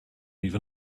even